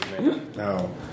No